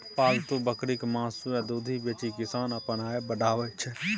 पालतु बकरीक मासु आ दुधि बेचि किसान अपन आय बढ़ाबै छै